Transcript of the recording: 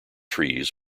trees